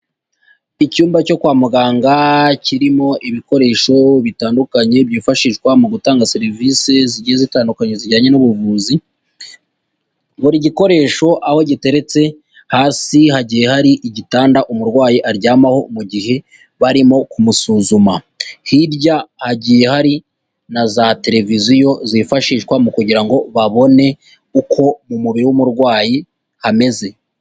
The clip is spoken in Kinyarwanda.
Icyumba cyo kwa muganga kirimo ibikoresho bitandukanye byifashishwa mutanga serivise zitandukanye zijyanye n'ubuvuzi, buri gikoresho aho giteretse hasi hagiye hari igitanda umurwayi aryamaho mu gihe barimo kumusuzuma, hirya hagiye hari na za televiziyo zifashishwa mu kugira ngo babone uko mu mubiri biri w'umurwayi hameze.